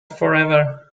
forever